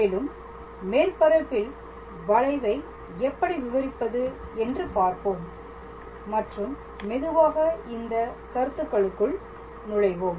மேலும் மேற்பரப்பில் வளைவை எப்படி விவரிப்பது என்று பார்ப்போம் மற்றும் மெதுவாக இந்தக் கருத்துக்களுக்குள் நுழைவோம்